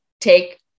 take